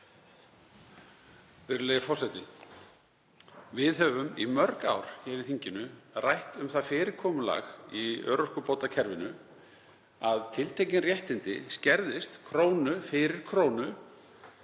Virðulegi forseti. Við höfum í mörg ár hér í þinginu rætt um það fyrirkomulag í örorkubótakerfinu að tiltekin réttindi skerðist krónu fyrir krónu